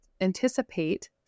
anticipate